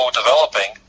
developing